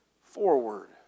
forward